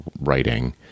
writing